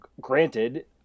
Granted